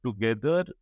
together